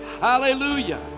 Hallelujah